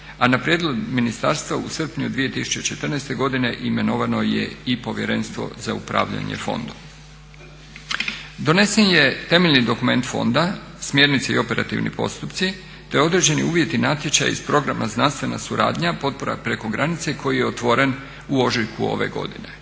a na prijedlog ministarstva u srpnju 2014. godine imenovano je i povjerenstvo za upravljanje fondom. Donesen je temeljni dokument fonda Smjernice i operativni postupci te određeni uvjeti natječaja iz programa znanstvena suradnja, potpora preko granice koji je otvoren u ožujku ove godine.